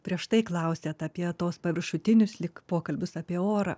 prieš tai klausėt apie tuos paviršutinius lyg pokalbius apie orą